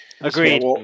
Agreed